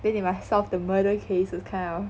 then they must solve the murder case is kind of